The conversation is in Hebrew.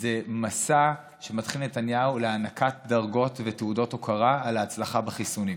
זה מסע שמתחיל נתניהו להענקת דרגות ותעודות הוקרה על ההצלחה בחיסונים.